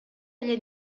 эле